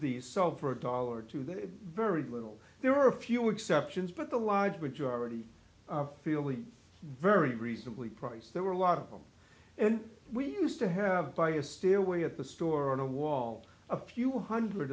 these solved for a dollar or two that very little there are a few exceptions but the large majority are feeling very reasonably priced there were a lot of them and we used to have buy a stairway at the store on a wall a few hundred